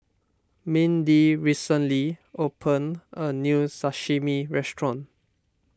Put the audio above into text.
Mindy recently opened a new Sashimi restaurant